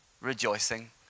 rejoicing